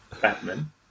Batman